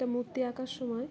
একটা মূর্তি আঁকার সময়